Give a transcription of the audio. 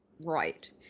Right